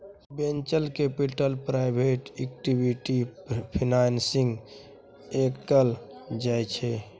venture capital private equity financing कएल जाइ छै